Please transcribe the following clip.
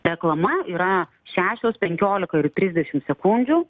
reklama yra šešios penkiolika ir trisdešim sekundžių